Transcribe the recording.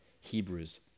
Hebrews